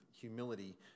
humility